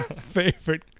favorite